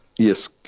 Yes